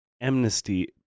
amnesty